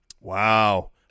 Wow